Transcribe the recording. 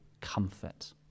comfort